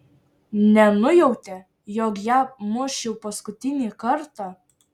nenujautė jog ją muš jau paskutinį kartą